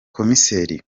komiseri